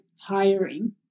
hiring